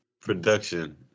production